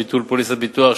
החזר בשל ביטול פוליסת ביטוח),